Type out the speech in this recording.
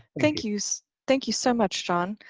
thank you so thank you so much john!